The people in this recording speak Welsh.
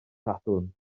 sadwrn